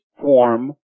form